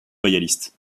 loyalistes